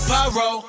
Pyro